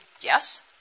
yes